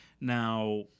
Now